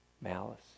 malice